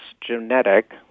genetic